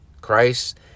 Christ